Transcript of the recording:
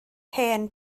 hen